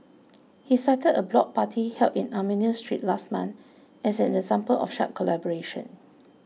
he cited a block party held in Armenian Street last month as an example of such collaboration